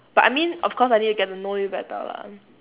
but I mean of course I need to get to know you better lah